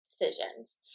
decisions